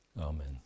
Amen